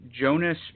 Jonas